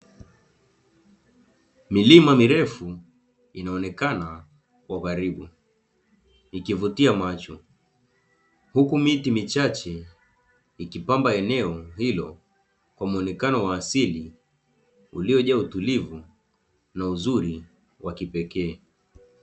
Milima mirefu inaonekana kwa karibu, ikivutia macho huku miti michache ikipamba eneo hilo kwa muonekano wa asili uliojaa utulivu na uzuri wa kipekee.